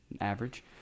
average